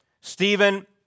Stephen